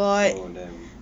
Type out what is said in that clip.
oh damn